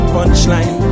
Punchline